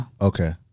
Okay